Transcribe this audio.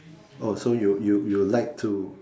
oh so you you you like to